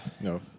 No